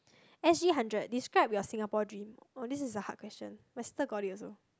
S_G hundred describe your Singapore dream oh this is a hard question my sister got it also